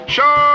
Show